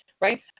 right